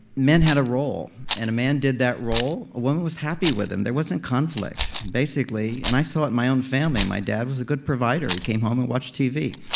men had a role. and a man did that role. a woman was happy with them. there wasn't conflict. basically, and i saw it in my own family. my dad was a good provider. he came home and watched tv.